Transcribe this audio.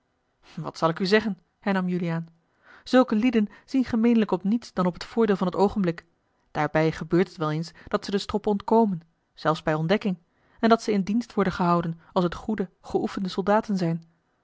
wat zal ik u zeggen hernam juliaan zulke lieden zien gemeenlijk op niets dan op het voordeel van t oogenblik daarbij gebeurt het wel eens dat ze den strop ontkomen zelfs bij ontdekking en dat ze in dienst worden gehouden als het goede geoefende soldaten zijn